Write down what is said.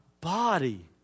body